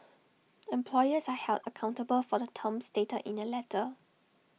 employers are held accountable for the terms stated in the letter